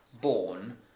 born